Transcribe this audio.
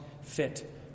fit